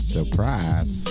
Surprise